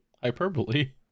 Hyperbole